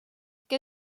que